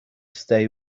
stay